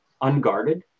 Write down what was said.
unguarded